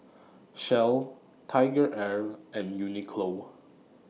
Shell TigerAir and Uniqlo